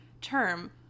term